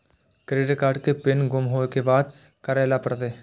Credit card के PIN गुम होय के बाद की करै ल परतै?